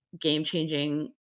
game-changing